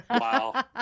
wow